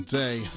day